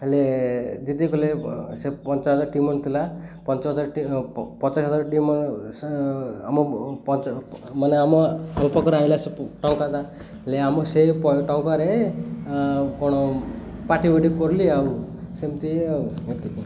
ହେଲେ ଜିତି କଲେ ସେ ପଞ୍ଚାବନ ହଜାର ଟିମ ଥିଲା ପଞ୍ଚ ହଜାର ପଚାଶ ହଜାର ଟିମ ମାନେ ଆମ ଉପ ଉପକର ହେଲା ସେ ଟଙ୍କାଟା ହେଲେ ଆମ ସେ ଟଙ୍କାରେ କଣ ପାର୍ଟି ଫାର୍ଟି କରଲି ଆଉ ସେମିତି ଆଉ ଏତିକି